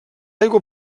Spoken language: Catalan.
aigua